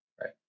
right